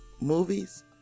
Movies